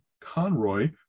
conroy